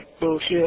bullshit